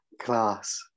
Class